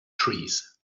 trees